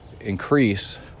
increase